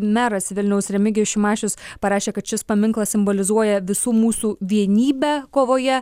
meras vilniaus remigijus šimašius parašė kad šis paminklas simbolizuoja visų mūsų vienybę kovoje